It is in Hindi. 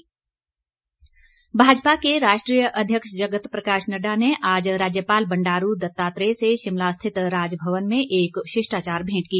मेंट भाजपा के राष्ट्रीय अध्यक्ष जगत प्रकाश नड़डा ने आज राज्यपाल बंडारू दत्तात्रेय से शिमला स्थित राजभवन में एक शिष्टाचार भेंट की